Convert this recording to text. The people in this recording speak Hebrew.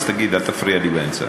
אז תגיד, אל תפריע לי באמצע,